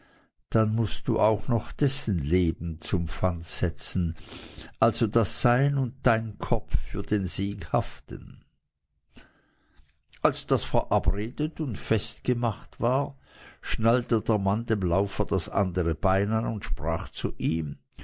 dann mußt du auch noch dessen leben zum pfand setzen also daß sein und dein kopf für den sieghaften als das verabredet und festgemacht war schnallte der mann dem laufer das andere bein an und sprach zu ihm